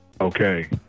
okay